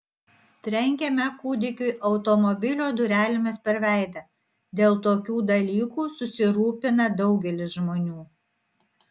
trenkėme kūdikiui automobilio durelėmis per veidą dėl tokių dalykų susirūpina daugelis žmonių